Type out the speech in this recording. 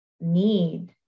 need